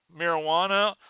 marijuana